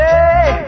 Hey